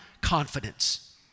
Confidence